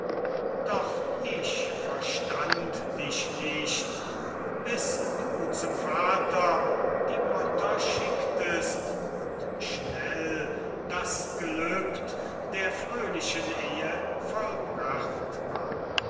doch ich verstand dich nicht bis du zum vater die mutter schicktest und schnell das gelübd der fröhlichen ehe vollbracht war